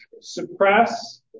Suppress